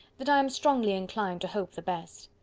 that i am strongly inclined to hope the best.